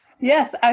yes